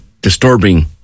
disturbing